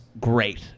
great